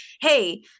hey